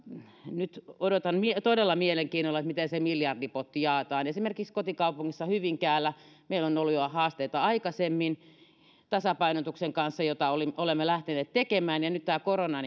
nyt odotan todella mielenkiinnolla miten se miljardipotti jaetaan esimerkiksi kotikaupungissani hyvinkäällä meillä on ollut haasteita jo aikaisemmin tasapainotuksen kanssa jota olemme lähteneet tekemään ja nyt korona